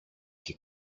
και